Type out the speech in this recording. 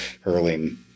hurling